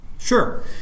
Sure